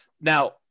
Now